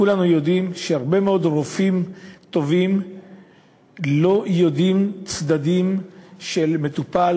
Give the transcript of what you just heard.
כולנו יודעים שהרבה מאוד רופאים טובים לא יודעים צדדים של מטופל,